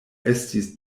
estis